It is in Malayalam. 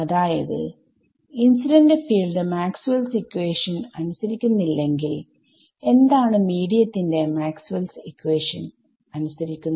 അതായത് incident field Maxwell's equation Maxwells equation അനുസരിക്കുന്നില്ലെങ്കിൽ എന്താണ് മീഡിയത്തിൽ മാക്സ്വെൽസ് ഇക്വാഷൻ Maxwells equation അനുസരിക്കുന്നത്